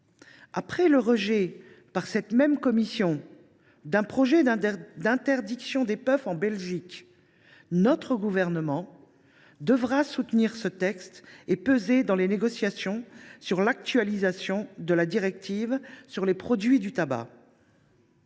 Après le rejet par celle ci d’un projet d’interdiction des puffs en Belgique, le Gouvernement devra soutenir le présent texte et peser dans les négociations sur l’actualisation de la directive sur les produits du tabac.